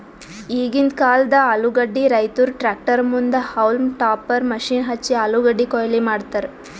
ಈಗಿಂದ್ ಕಾಲ್ದ ಆಲೂಗಡ್ಡಿ ರೈತುರ್ ಟ್ರ್ಯಾಕ್ಟರ್ ಮುಂದ್ ಹೌಲ್ಮ್ ಟಾಪರ್ ಮಷೀನ್ ಹಚ್ಚಿ ಆಲೂಗಡ್ಡಿ ಕೊಯ್ಲಿ ಮಾಡ್ತರ್